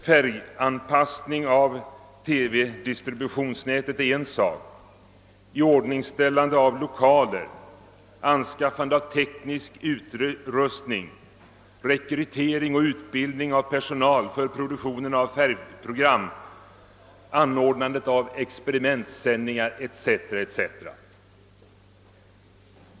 Färganpassning av TV-distributionsnätet är en sådan sak, iordningställande av lokaler, anskaffning av teknisk utrustning, rekrytering och utbildning av personal för produktionen av färgprogram, anordnandet av experimentsändningar etc. etc. är en annan.